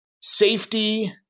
safety